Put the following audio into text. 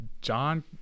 John